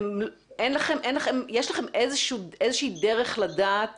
יש לכם איזו שהיא דרך לדעת